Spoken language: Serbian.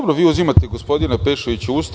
Vi uzimate gospodina Pešovića u usta.